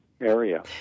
area